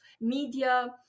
media